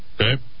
Okay